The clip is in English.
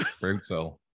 Brutal